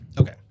okay